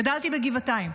גדלתי בגבעתיים.